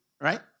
right